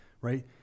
right